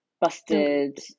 Busted